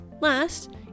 Last